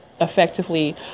effectively